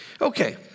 Okay